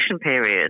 period